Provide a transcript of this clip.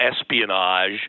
espionage